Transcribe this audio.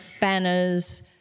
banners